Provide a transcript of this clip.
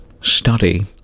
study